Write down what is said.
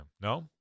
No